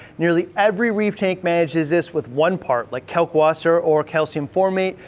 nearly every reef tank manages this with one-part, like kalkwasser or calcium formate,